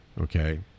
Okay